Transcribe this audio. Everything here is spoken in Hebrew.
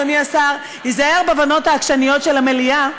אדוני השר: היזהר בבנות העקשניות של המליאה,